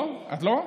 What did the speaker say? את לא?